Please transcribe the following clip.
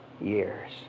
years